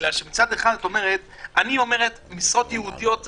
מצד אחד את אומרת שהמשרות הייעודיות הן